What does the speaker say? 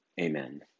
Amen